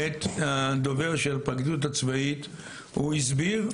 את הדובר של הפרקליטות הצבאית הוא הסביר,